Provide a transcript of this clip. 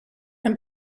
and